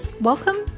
Welcome